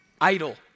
idol